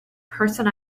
person